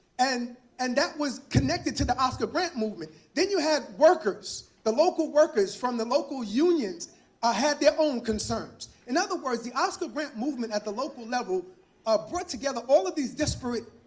and and that was connected to the oscar grant movement. then you had workers the local workers from the local unions ah had their own concerns. in other words, the oscar grant movement at the local level ah brought together all of these disparate